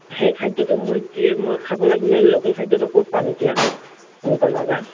সেই খাদ্যটো মই কি মই খাব লাগিলে লোকেল খাদ্যটো ক'ত পাম এতিয়া কেনেকুৱা জেগা